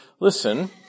listen